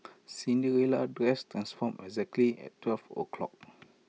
Cinderella's dress transformed exactly at twelve o' clock